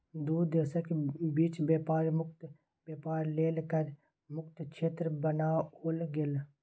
दू देशक बीच बेपार मुक्त बेपार लेल कर मुक्त क्षेत्र बनाओल गेल